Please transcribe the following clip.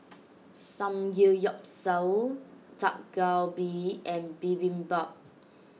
Samgeyopsal Dak Galbi and Bibimbap